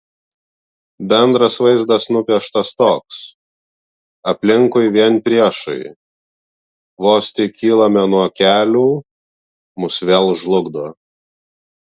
bendras vaizdas nupieštas toks aplinkui vien priešai vos tik kylame nuo kelių mus vėl žlugdo